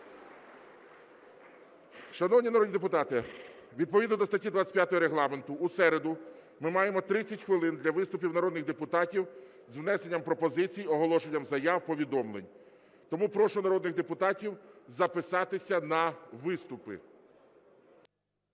Шановні народні депутати, відповідно до статті 25 Регламенту в середу ми маємо 30 хвилин для виступів народних депутатів з внесенням пропозицій, оголошенням заяв, повідомлень. Тому прошу народних депутатів записатися на виступи.